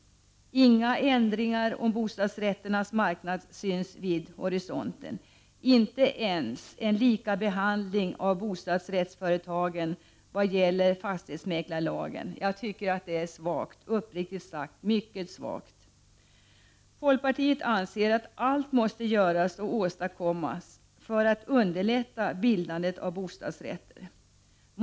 Inga ändringar av bostadsrätternas marknad syns vid horisonten, inte ens en likabehandling av bostadsrättsföretagen i vad gäller fastighetsmäklarlagen. Jag tycker att det är mycket svagt. Folkpartiet anser att allt måste göras för att åstadkomma ett underlättande av bildandet av bostadsrätter.